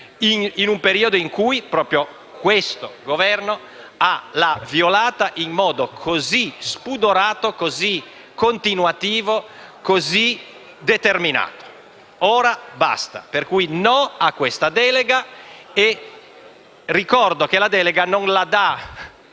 in un periodo in cui proprio questo Governo le ha violate in modo così spudorato, continuativo e determinato. Ora basta. Per cui "no" a questa delega. Ricordo inoltre che la delega non viene